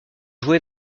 joué